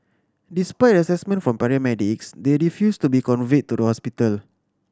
despite assessment by paramedics they refused to be conveyed to the hospital